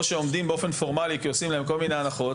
או שעומדים באופן פורמלי כי עושים להם כל מיני הנחות,